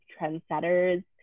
trendsetters